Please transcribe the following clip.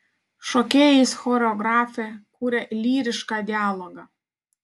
šokėjais choreografė kuria lyrišką dialogą